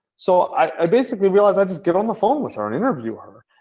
so i basically realized i just get on the phone with her and interview her.